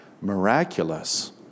miraculous